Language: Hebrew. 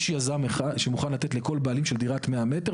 יש יזם אחד שמוכן לתת לכל הבעלים של דירת 100 מטר,